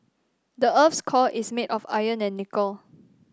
the earth's core is made of iron and nickel